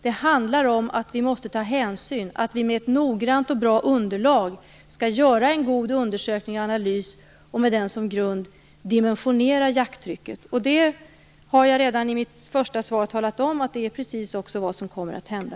Det handlar om att vi måste ta hänsyn, om att vi med ett noggrant och bra underlag skall göra en god undersökning och analys och med den som grund dimensionera jakttrycket. Jag har redan i mitt första svar talat om att det är precis vad som också kommer att hända.